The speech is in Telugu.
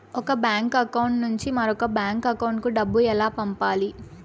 ఒక బ్యాంకు అకౌంట్ నుంచి మరొక బ్యాంకు అకౌంట్ కు డబ్బు ఎలా పంపాలి